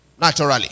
naturally